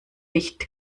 nicht